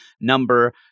number